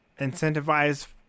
incentivize